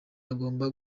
agomba